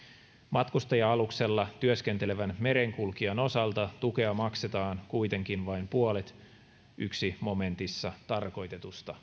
matkustaja aluksella työskentelevän merenkulkijan osalta tukea maksetaan kuitenkin vain puolet ensimmäisessä momentissa tarkoitetusta